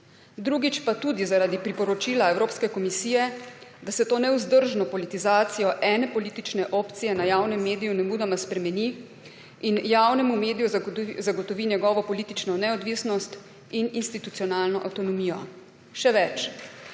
Drugič, tudi zaradi priporočila Evropske komisije, da se ta nevzdržna politizacija ene politične opcije na javnem mediju nemudoma spremeni in javnemu mediju zagotovi njegova politična neodvisnost in institucionalna avtonomija. Še več,